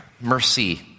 mercy